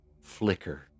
flicker